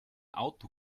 auto